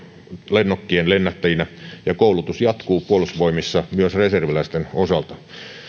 lennokkien lennättäjinä ja koulutus jatkuu puolustusvoimissa myös reserviläisten osalta